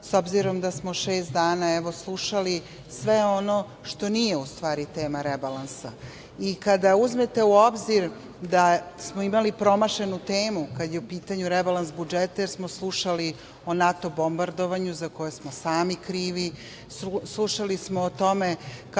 s obzirom da smo šest dana slušali sve ono što nije u stvari tema rebalansa. Kada uzmete u obzir da smo imali promašenu temu, kada je u pitanju rebalans budžeta, jer smo slušali o NATO bombardovanju za koje smo sami krivi, slušali smo o tome